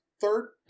Third